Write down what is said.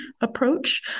approach